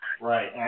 Right